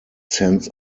sends